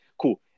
cool